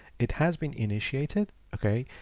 it has been initiated. okay,